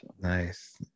nice